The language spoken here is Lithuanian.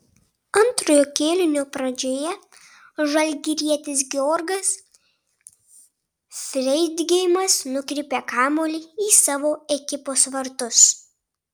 antrojo kėlinio pradžioje žalgirietis georgas freidgeimas nukreipė kamuolį į savo ekipos vartus